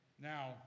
Now